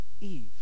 Eve